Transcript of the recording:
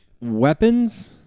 weapons